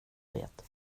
det